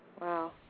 Wow